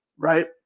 Right